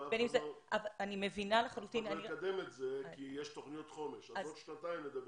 אבל אף אחד לא יקדם את זה כי יש תוכניות חומש אז עוד שנתיים נדבר.